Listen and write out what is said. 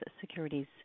Securities